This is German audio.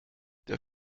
der